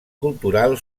cultural